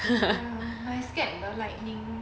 ya but I scared the lightning